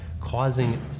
causing